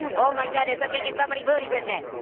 and oh my goodness, i'm kicking so many booties with it.